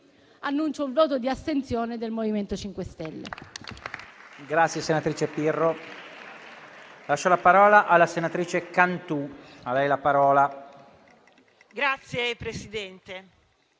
annuncio il voto di astensione del MoVimento 5 Stelle.